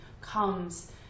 comes